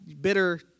Bitter